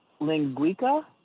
linguica